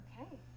Okay